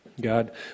God